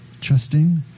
trusting